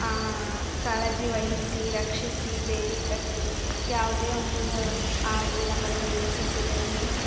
ಕಾಳಜಿ ವಹಿಸಿ ರಕ್ಷಿಸಿ ಬೇಲಿ ಕಟ್ಟಿ ಯಾವುದೇ ಒಂದು ಆ ಗಿಡ ಮರಗಳಿಗೆ ಸಸಿಗಳಿಗೆ